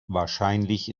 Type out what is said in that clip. wahrscheinlich